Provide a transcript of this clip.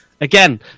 Again